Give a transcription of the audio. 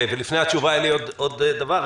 לפני התשובה, אלי מורגנשטרן, עוד דבר.